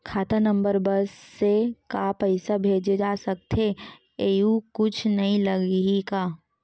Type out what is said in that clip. खाता नंबर बस से का पईसा भेजे जा सकथे एयू कुछ नई लगही का?